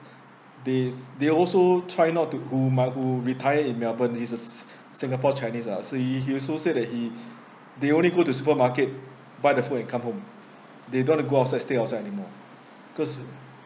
they also try not to retire in melbourne he's a s~ singapore chinese lah so he he also said that he they only go to supermarket buy the food and come home they don't want to go outside stay outside anymore because